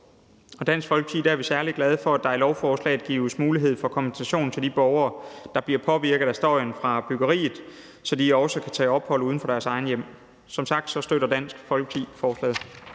Dansk Folkeparti er vi særlig glade for, at der i lovforslaget gives mulighed for kompensation til de borgere, der bliver påvirket af støjen fra byggeriet, så de også kan tage ophold uden for deres egne hjem. Som sagt støtter Dansk Folkeparti forslaget.